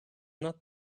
not